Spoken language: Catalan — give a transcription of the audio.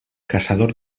caçador